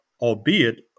albeit